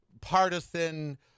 partisan